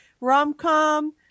rom-com